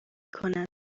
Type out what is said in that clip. کند